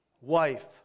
Wife